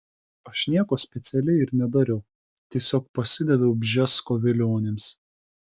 aš nieko specialiai ir nedariau tiesiog pasidaviau bžesko vilionėms